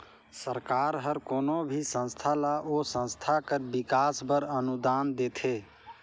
सरकार हर कोनो भी संस्था ल ओ संस्था कर बिकास बर अनुदान देथे